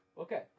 okay